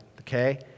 okay